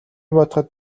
бодоход